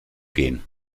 gehen